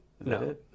no